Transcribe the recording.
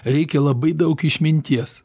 reikia labai daug išminties